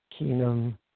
Keenum